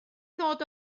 ddod